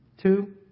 Two